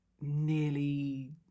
nearly